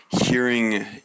hearing